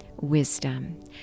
wisdom